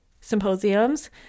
symposiums